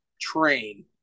train